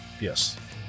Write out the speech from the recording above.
Yes